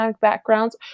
backgrounds